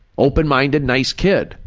open-minded, nice kid.